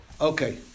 Okay